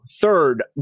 third